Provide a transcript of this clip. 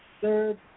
third